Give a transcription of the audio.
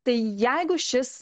tai jeigu šis